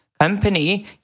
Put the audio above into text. company